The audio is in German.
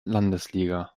landesliga